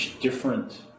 different